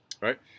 right